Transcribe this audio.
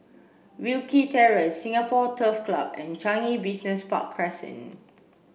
Wilkie Terrace Singapore Turf Club and Changi Business Park Crescent